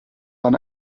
man